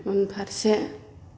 उनफारसे